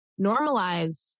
normalize